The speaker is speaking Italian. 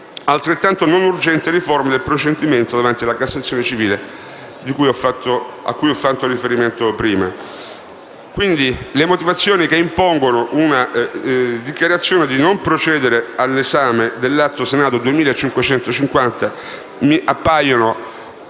ugualmente non urgente riforma del procedimento davanti alla Cassazione civile, cui ho fatto riferimento prima. Quindi, le motivazioni che impongono la dichiarazione di non procedere all'esame dell'Atto Senato 2550 ci appaiono